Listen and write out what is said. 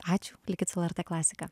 ačiū likit su lrt klasika